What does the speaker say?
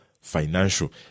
financial